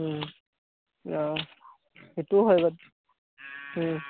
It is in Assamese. অঁ সেইটোও হয় বাৰু